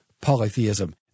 polytheism